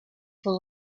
for